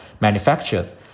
manufacturers